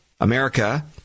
America